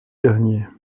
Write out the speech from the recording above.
dernier